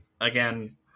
again